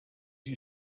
you